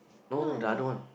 no no the other one